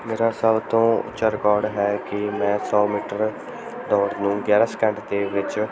ਮੇਰਾ ਸਭ ਤੋਂ ਉੱਚਾ ਰਿਕਾਰਡ ਹੈ ਕਿ ਮੈਂ ਸੌ ਮੀਟਰ ਦੌੜ ਨੂੰ ਗਿਆਰਾਂ ਸਕਿੰਟ ਦੇ ਵਿੱਚ